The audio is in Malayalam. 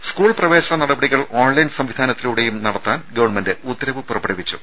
രുമ സ്കൂൾ പ്രവേശന നടപടികൾ ഓൺലൈൻ സംവിധാനത്തിലൂടെയും നടത്താൻ ഗവൺമെന്റ് ഉത്തരവ് പുറപ്പെടുവിച്ചു